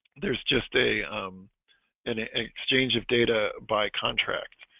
there's just a um and an exchange of data by contract